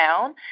town